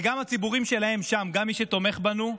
וגם הציבורים שלהם שם, גם מי שתומך בנו,